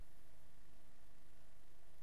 היתה